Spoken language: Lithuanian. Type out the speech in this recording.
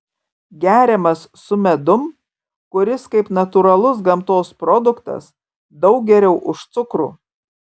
geriamas su medum kuris kaip natūralus gamtos produktas daug geriau už cukrų